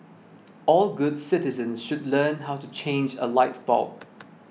all good citizens should learn how to change a light bulb